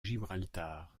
gibraltar